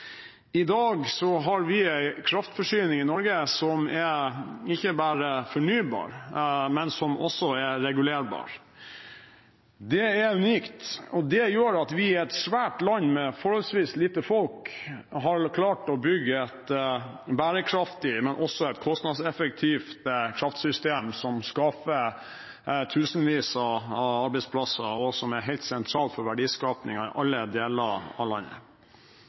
I dag har vi en kraftforsyning i Norge som ikke bare er fornybar, men som også er regulerbar. Det er unikt, og det gjør at vi i et svært land med forholdsvis lite folk har klart å bygge et bærekraftig, men også et kostnadseffektivt kraftsystem som skaffer tusenvis av arbeidsplasser, og som er helt sentralt for verdiskapingen i alle deler av landet.